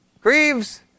grieves